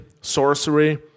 sorcery